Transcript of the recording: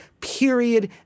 period